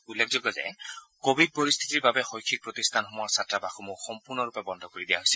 উল্লেখযোগ্য যে কোৱিড পৰিস্থিতিৰ বাবে শৈক্ষিক প্ৰতিষ্ঠানসমূহৰ ছাত্ৰাবাসসমূহ সম্পূৰ্ণৰূপে বন্ধ কৰি দিয়া হৈছিল